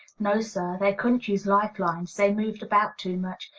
no, sir they couldn't use life-lines they moved about too much.